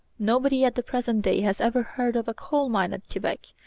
nobody at the present day has ever heard of a coal-mine at quebec,